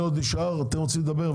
אתם רוצים לדבר?